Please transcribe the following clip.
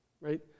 right